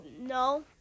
No